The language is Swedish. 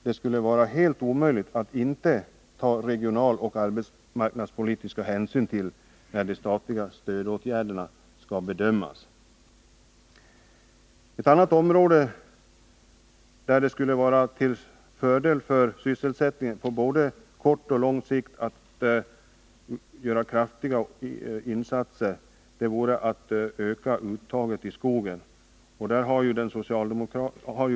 Det skulle också vara till fördel för sysselsättningen på både kort och lång sikt om kraftiga insatser gjordes för att öka uttaget i skogen.